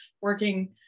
working